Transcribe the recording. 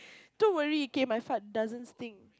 don't worry okay my fart doesn't stink